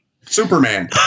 Superman